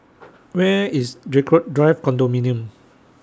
Where IS Draycott Drive Condominium